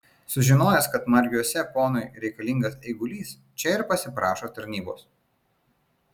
sužinojęs kad margiuose ponui reikalingas eigulys čia ir pasiprašo tarnybos